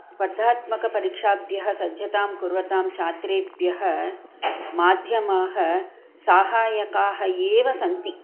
स्पर्धात्मकपरीक्षाभ्यः सज्जतां कुर्वतां छात्रेभ्यः माध्यमाः साहायकाः एव सन्ति